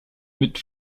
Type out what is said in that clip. mit